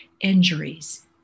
injuries